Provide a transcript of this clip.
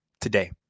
today